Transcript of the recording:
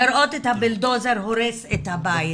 לראות את הבולדוזר הורס את הבית.